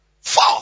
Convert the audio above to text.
Four